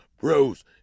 Bros